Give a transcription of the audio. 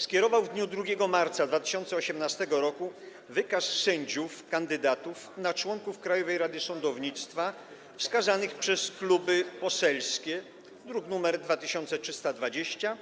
skierował w dniu 2 marca 2018 r. wykaz sędziów kandydatów na członków Krajowej Rady Sądownictwa wskazanych przez kluby poselskie, druk nr 2320,